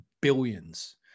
billions